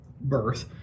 birth